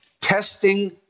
Testing